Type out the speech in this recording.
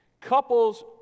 couples